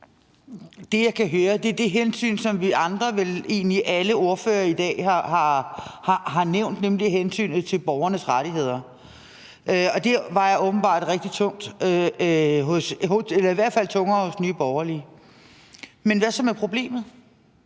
det, jeg kan høre, er det med det hensyn, som vi andre – alle ordførere i dag – vel egentlig har nævnt, nemlig hensynet til borgernes rettigheder. Og det vejer åbenbart rigtig tungt – eller i hvert fald tungere hos Nye Borgerlige – men hvad så med problemet?